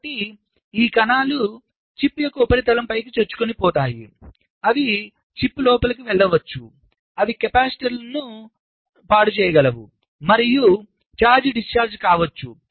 కాబట్టి ఈ కణాలు చిప్ యొక్క ఉపరితలంపైకి చొచ్చుకుపోతాయి అవి చిప్ లోపలికి వెళ్ళవచ్చు అవి కెపాసిటర్లను కొట్టగలవు మరియు ఛార్జ్ డిశ్చార్జ్ కావచ్చు